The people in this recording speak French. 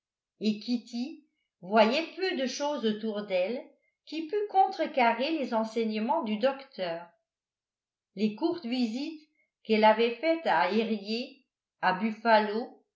voyait peu de chose autour d'elle qui pût contrecarrer les enseignements du docteur les courtes visites qu'elle avait faites à erié à buffalo